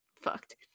fucked